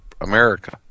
America